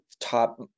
top